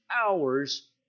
hours